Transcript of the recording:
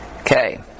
Okay